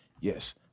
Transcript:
yes